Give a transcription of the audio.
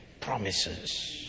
promises